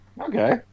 okay